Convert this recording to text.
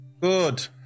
Good